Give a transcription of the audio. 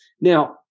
Now